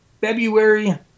February